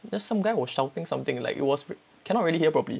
just some guy was shouting something like it was cannot really hear properly